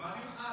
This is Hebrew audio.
אבל מה אני אוכל?